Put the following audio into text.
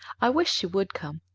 i wished she would come.